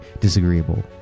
Disagreeable